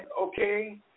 okay